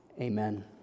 Amen